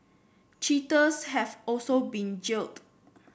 cheaters have also been jailed